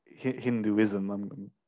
Hinduism